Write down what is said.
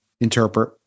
interpret